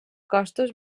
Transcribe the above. costos